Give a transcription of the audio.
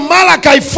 Malachi